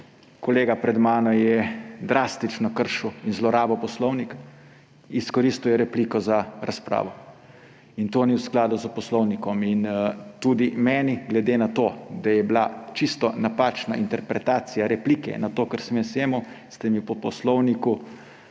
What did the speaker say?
Kolega pred mano je drastično kršil in zlorabil poslovnik, izkoristil je repliko za razpravo; in to ni v skladu s poslovnikom. In tudi glede na to, da je bila čisto napačna interpretacija replike na to, kar sem jaz imel, mi po poslovniku